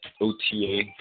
OTA